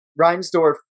Reinsdorf